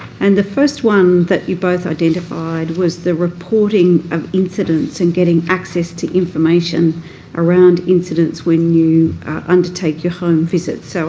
and the first one that you both identified was the reporting of incidents and getting access to information around incidents when you undertake your home visits. so